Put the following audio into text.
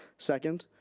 second,